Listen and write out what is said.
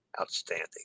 outstanding